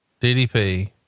DDP